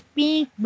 pink